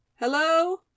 Hello